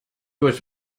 was